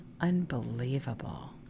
unbelievable